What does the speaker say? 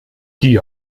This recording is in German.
die